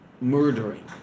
murdering